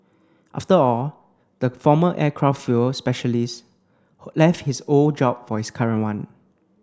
after all the former aircraft fuel specialist left his old job for his current one